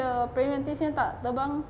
the praying mantis nya tak terbang